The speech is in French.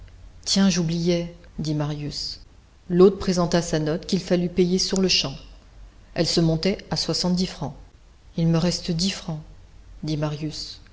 tiens j'oubliais dit marius l'hôte présenta sa note qu'il fallut payer sur-le-champ elle se montait à soixante-dix francs il me reste dix francs dit marius